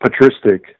patristic